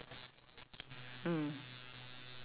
two one four is like void deck eh